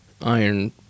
Iron